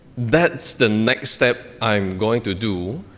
that's the next step i'm going to do,